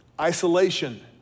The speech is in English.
isolation